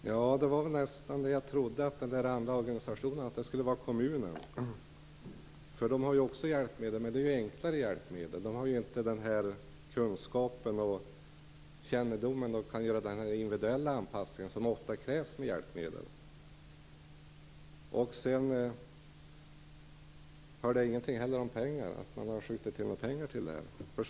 Herr talman! Det var nästan som jag trodde, att de andra organisationerna skulle vara kommunerna. De har också hjälpmedel, men det är enklare hjälpmedel. Kommunerna har inte den kunskap och den kännedom och kan inte göra den individuella anpassning som ofta krävs med hjälpmedel. Sedan hörde jag ingenting om att ni har skjutit till pengar till det här.